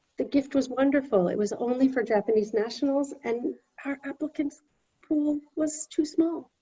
the gift was wonderful. it was only for japanese nationals and our applicant pool was too small.